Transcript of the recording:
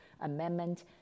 amendment